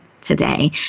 today